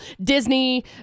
Disney